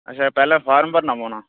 अच्छा पैह्लें फार्म भरना पौना